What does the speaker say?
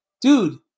dude